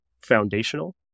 foundational